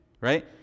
right